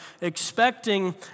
expecting